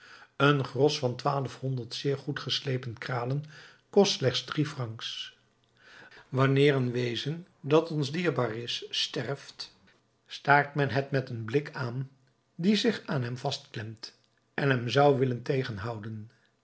een gros van twaalfhonderd zeer goed geslepen kralen kost slechts drie francs wanneer een wezen dat ons dierbaar is sterft staart men het met een blik aan die zich aan hem vastklemt en hem zou willen tegenhouden